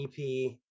ep